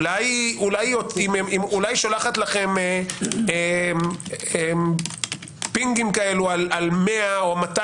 אולי היא שולחת לכם פינגים כאלה על 100 או 200